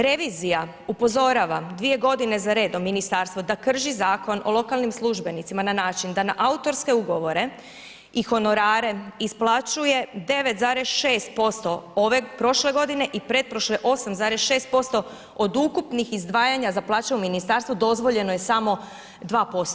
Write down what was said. Revizija upozorava 2.g. za redom ministarstvo da krši Zakon o lokalnim službenicima na način da na autorske ugovore i honorare isplaćuje 9,6% prošle godine i pretprošle 8,6%, od ukupnih izdvajanja za plaće u ministarstvu dozvoljeno je samo 2%